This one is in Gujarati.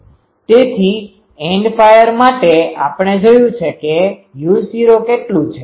તેથી એન્ડ ફાયર માટે આપણે જોયું છે કે u0 કેટલું છે